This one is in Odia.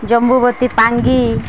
ଜମ୍ବୁବତୀ ପାଙ୍ଗି